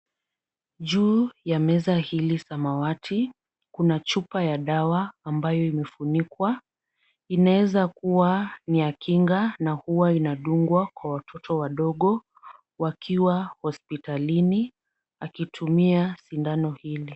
Juu ya meza hii ni samawati kuna chupa ya dawa ambayo imefunikwa inaeza kuwa ni ya kinga na huwa inadungwa kwa watoto wadogo wakiwa hospitalini wakitumia sindano hili.